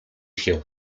się